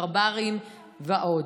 ברברים ועוד.